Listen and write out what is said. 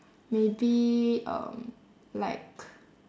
maybe um like